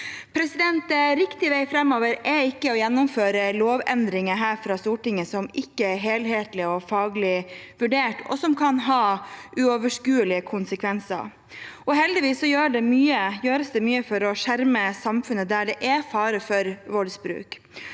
Riktig vei framover er ikke å gjennomføre lovendringer her fra Stortinget som ikke er helhetlig og faglig vurdert og som kan ha uoverskuelige konsekvenser. Heldigvis gjøres det mye for å skjerme samfunnet der det er fare for voldsbruk.